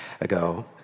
ago